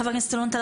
חבר הכנסת אלון טל,